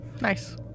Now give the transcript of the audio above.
Nice